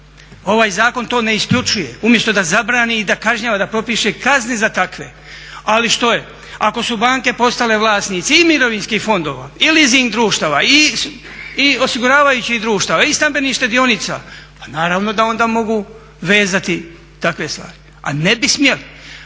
ovaj zakon to ne isključuje, umjesto da zabrani i da kažnjava, da propiše kazne za takve. Ali što je? Ako su banke postale vlasnici i mirovinskih fondova i leasing društava i osiguravajućih društava i stambenih štedionica pa naravno da onda mogu vezati takve stvari, a ne bi smjeli.